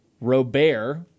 Robert